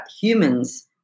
humans